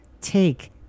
take